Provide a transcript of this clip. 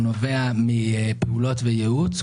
הוא נובע מפעולות וייעוץ,